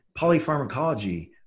polypharmacology